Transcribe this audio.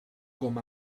com